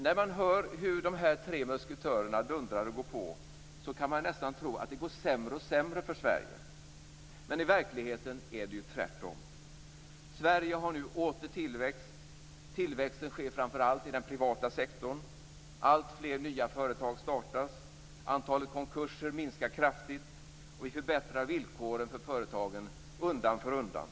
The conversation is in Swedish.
När man hör hur dessa tre musketörer dundrar och går på kan man nästan tro att det går sämre och sämre för Sverige. Men i verkligheten är det tvärtom. Sverige har nu åter tillväxt. Tillväxten sker framför allt i den privata sektorn. Alltfler nya företag startas. Antalet konkurser minskar kraftigt. Vi förbättrar villkoren för företagen undan för undan.